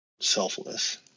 Selfless